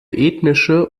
ethnische